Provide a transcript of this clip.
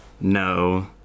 No